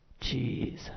Jeez